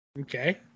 Okay